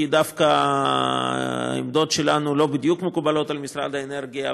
כי דווקא העמדות שלנו לא בדיוק מקובלות על משרד האנרגיה,